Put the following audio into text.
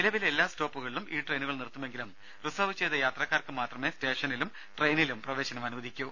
നിലവിലെ എല്ലാ സ്റ്റോപ്പുകളിലും ഈ ട്രെയിനുകൾ നിർത്തുമെങ്കിലും റിസർവ് ചെയ്ത യാത്രക്കാർക്ക് മാത്രമേ സ്റ്റേഷനിലും ട്രെയിനിലും പ്രവേശനം അനുവദിക്കൂ